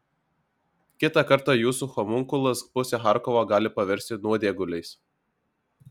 kitą kartą jūsų homunkulas pusę charkovo gali paversti nuodėguliais